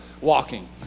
walking